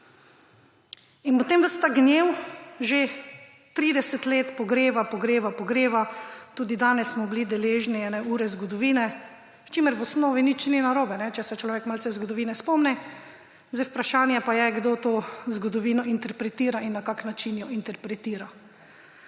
In potem ves ta gnev že 30 let pogreva, pogreva, pogreva. Tudi danes smo bili deležni ene ure zgodovine, s čimer v osnovi nič ni narobe, če se človek malce zgodovine spomni. Zdaj je vprašanje, kdo to zgodovino interpretira in na kakšen način jo interpretira.